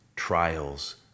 Trials